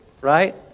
right